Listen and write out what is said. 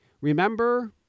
remember